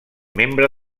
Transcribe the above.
membre